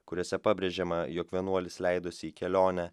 kuriose pabrėžiama jog vienuolis leidosi į kelionę